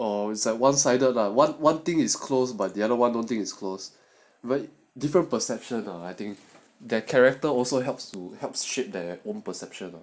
oh it's like one sided lah one one thing is close but the other [one] don't think it's close but different perception ah I think that character also helps to helps shape their own perception